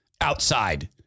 outside